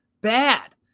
Bad